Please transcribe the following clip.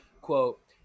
Quote